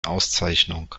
auszeichnung